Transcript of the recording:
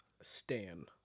Stan